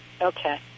Okay